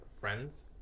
friends